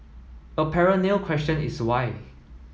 a perennial question is why